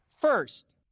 first